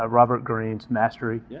ah robert greene's mastery, yeah